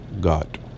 God